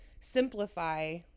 simplify